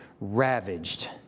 ravaged